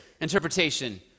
interpretation